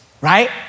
right